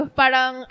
parang